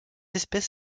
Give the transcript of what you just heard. espèce